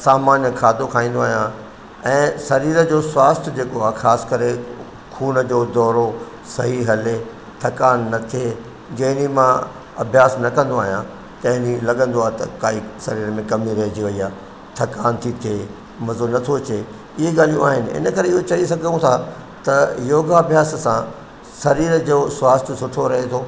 सामान्य खाधो खाईंदो आहियां ऐं शरीर जो स्वास्थ जेको आहे ख़ासि करे ख़ून जो दौरो सही हले थकान न थिए जंहिं ॾींहुं मां अभ्यास न कंदो आहिंयां तंहिं ॾींहुं लॻंदो आहे त काई सरीर में कमी रहिजी वई आहे थकान थी थिए मज़ो नथो अचे इए ॻाल्हियूं आहिनि इन करे इहो चई सघूं था त योगा अभ्यास सां शरीर जो स्वास्थ सुठो रहे थो